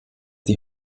die